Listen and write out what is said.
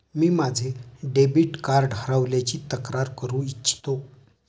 मी माझे debit card हरवल्याची तक्रार करू इच्छितो